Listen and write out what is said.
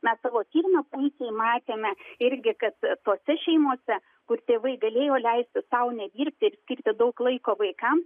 mes savo tyrime puikiai matėme irgi kad tose šeimose kur tėvai galėjo leisti tau nedirbti ir skirti daug laiko vaikams